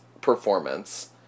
performance